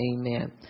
Amen